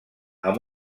amb